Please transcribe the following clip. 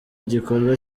igikorwa